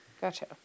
Gotcha